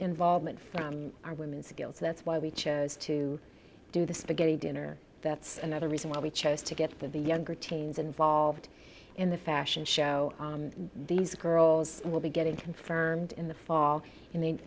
involvement from our women skills so that's why we chose to do the spaghetti dinner that's another reason why we chose to get the younger teens involved in the fashion show these girls will be getting confirmed in the fall and the